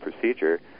procedure